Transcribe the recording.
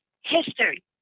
history